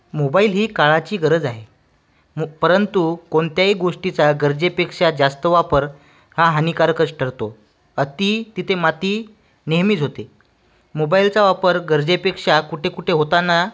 mobile ही काळाची गरज आहे म परंतु कोणत्याही गोष्टीचा गरजेपेक्षा जास्त वापर हा हानिकारकच ठरतो अति तिथे माती नेहमीच होते मोबाईलचा वापर गरजेपेक्षा कुठेकुठे होताना